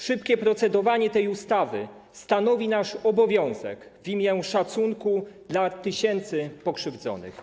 Szybkie procedowanie nad tą ustawą stanowi nasz obowiązek w imię szacunku dla tysięcy pokrzywdzonych.